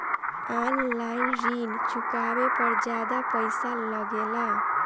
आन line ऋण चुकावे पर ज्यादा पईसा लगेला?